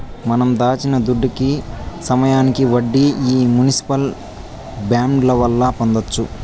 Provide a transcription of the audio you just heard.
మనం దాచిన దుడ్డుకి సమయానికి వడ్డీ ఈ మునిసిపల్ బాండ్ల వల్ల పొందొచ్చు